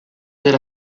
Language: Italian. della